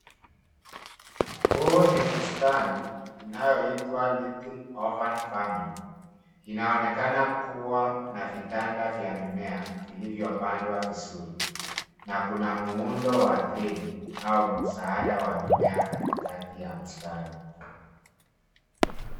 Huu ni bustani inayoitwa, Little Ovan Farming. Inaonekana kua na vitanda vya mimea vilivyopandwa vizuri, na kuna muundo wa treli au msaada wa mimea katikati ya bustani.